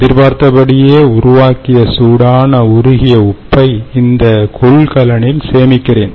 எதிர்பார்த்தபடியே உருவாக்கிய சூடான உருகிய உப்பை இந்த கொள்கலனில் சேமிக்கிறேன்